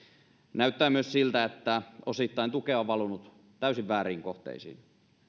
näyttää myös siltä että osittain tukea on valunut täysin vääriin kohteisiin